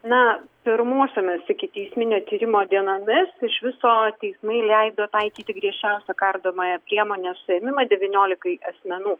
na pirmosiomis ikiteisminio tyrimo dienomis iš viso teismai leido taikyti griežčiausią kardomąją priemonę suėmimą devyniolikai asmenų